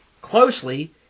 closely